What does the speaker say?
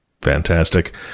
Fantastic